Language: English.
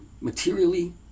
materially